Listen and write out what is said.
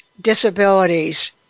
disabilities